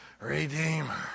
Redeemer